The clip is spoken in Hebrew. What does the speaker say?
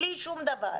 בלי שום דבר?